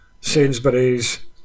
Sainsbury's